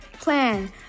plan